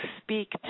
speak